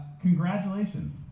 Congratulations